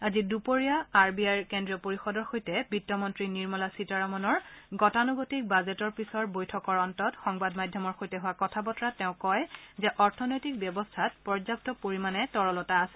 আজি দুপৰীয়া R B আইৰ কেন্দ্ৰীয় পৰিষদৰ সৈতে বিত্তমন্ত্ৰী নিৰ্মলা সীতাৰমনৰ গতানুগতিক বাজেটৰ পিছৰ বৈঠকৰ অন্তত সংবাদ মাধ্যমৰ সৈতে হোৱা কথা বতৰাত তেওঁ কয় যে অৰ্থনৈতিক ব্যৱস্থাত পৰ্যাপ্ত পৰিমাণ তৰলতা আছে